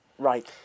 Right